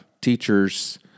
teachers